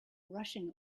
rushing